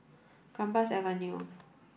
Gambas Avenue